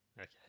Okay